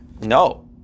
No